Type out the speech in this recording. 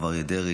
הרב אריה דרעי,